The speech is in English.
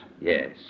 Yes